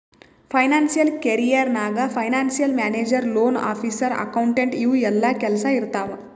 financial career ನಾಗ್ financial manager, loan officer, accountant ಇವು ಎಲ್ಲಾ ಕೆಲ್ಸಾ ಇರ್ತಾವ್